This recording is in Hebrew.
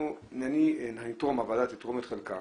אנחנו נתרום, הוועדה תתרום את חלקה